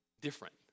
different